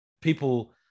people